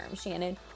Shannon